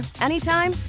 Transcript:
anytime